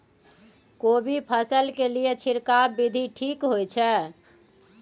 कोबी फसल के लिए छिरकाव विधी ठीक होय छै?